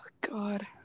God